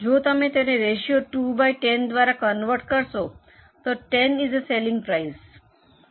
જો તમે તેને રેશિયો 2 બાય 10 દ્વારા કન્વર્ટ કરશો તો 10 સેલલિંગ પ્રાઇસ છે